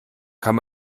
kann